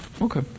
Okay